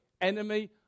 enemy